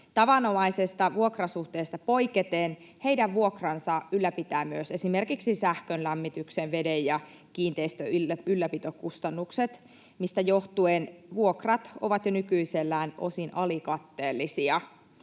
Tavanomaisesta vuokrasuhteesta poiketen heidän vuokransa ylläpitää myös esimerkiksi sähkön, lämmityksen, veden ja kiinteistön ylläpitokustannukset, mistä johtuen vuokrat ovat jo nykyisellään osin alikatteellisia.